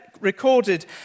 recorded